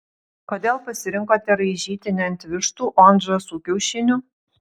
kodėl pasirinkote raižyti ne ant vištų o ant žąsų kiaušinių